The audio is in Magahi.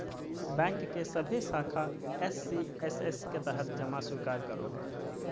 बैंक के सभे शाखा एस.सी.एस.एस के तहत जमा स्वीकार करो हइ